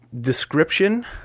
description